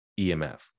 EMF